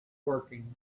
working